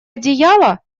одеяло